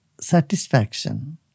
satisfaction